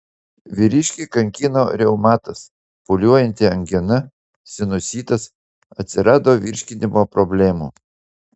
vyriškį kankino reumatas pūliuojanti angina sinusitas atsirado virškinimo problemų